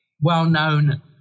well-known